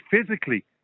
physically